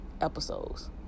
episodes